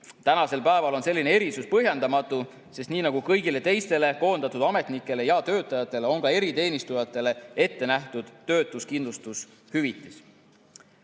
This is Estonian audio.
Tänasel päeval on selline erisus põhjendamatu, sest nii nagu kõigile teistele koondatud ametnikele ja töötajatele on ka eriteenistujatele ette nähtud töötuskindlustushüvitis.